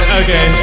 okay